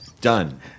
Done